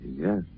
Yes